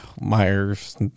Myers